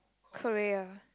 Korea